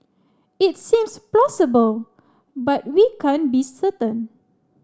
it seems plausible but we can't be certain